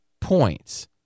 points